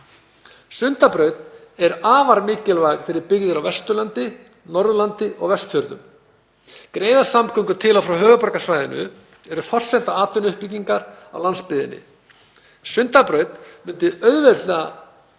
Sundabraut er afar mikilvæg fyrir byggðir á Vesturlandi, Norðurlandi og Vestfjörðum. Greiðar samgöngur til og frá höfuðborgarsvæðinu eru forsenda atvinnuuppbyggingar á landsbyggðinni. Sundabraut myndi auðvelda